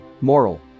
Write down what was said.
moral